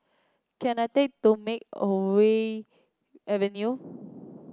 can I take to Makeaway Avenue